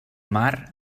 mar